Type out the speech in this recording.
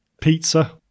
pizza